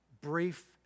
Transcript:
Brief